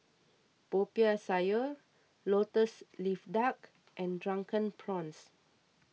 Popiah Sayur Lotus Leaf Duck and Drunken Prawns